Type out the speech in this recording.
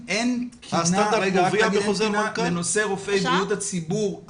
אין תקינה לנושא רופאי בריאות הציבור.